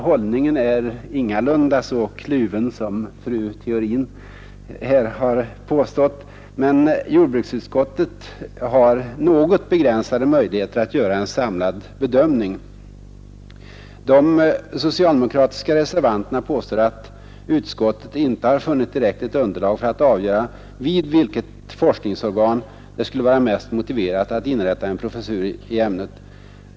Hållningen är ingalunda så kluven som fru Theorin har påstått, men jordbruksutskottet har något begränsade möjligheter att göra en samlad bedömning. De socialdemokratiska reservanterna påstår att utskottet inte har tillräckligt underlag för att avgöra vid vilket forskningsorgan det skulle vara mest motiverat att inrätta en professur i ämnet.